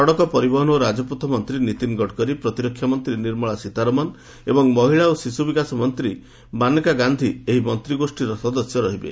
ସଡକ ପରିବହନ ଓ ରାଜପଥ ମନ୍ତ୍ରୀ ନୀତିନ ଗଡକରୀ ପ୍ରତିରକ୍ଷା ମନ୍ତ୍ରୀ ନିର୍ମଳା ସୀତାରମନ୍ ଏବଂ ମହିଳା ଓ ଶିଶୁ ବିକାଶ ମନ୍ତ୍ରୀ ମାନେକା ଗାନ୍ଧୀ ଏହି ମନ୍ତ୍ରୀଗୋଷ୍ଠୀର ସଦସ୍ୟ ରହିବେ